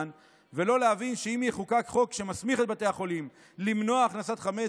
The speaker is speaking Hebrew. ולא להבין שאם יחוקק חוק שמסמיך את בתי החולים למנוע הכנסת חמץ,